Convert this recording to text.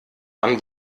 dann